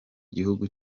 gihugu